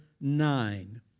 nine